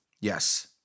Yes